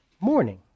morning